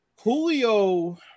Julio